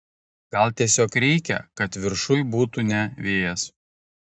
gal tiesiog reikia kad viršuj būtų ne vėjas